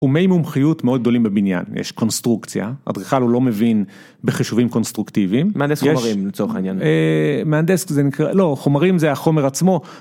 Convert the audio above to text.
תחומי מומחיות מאוד גדולים בבניין, יש קונסטרוקציה, אדריכל הוא לא מבין בחישובים קונסטרוקטיביים. מהנדס חומרים לצורך העניין. אה.. מהנדס זה נקרא, לא, חומרים החומר עצמו.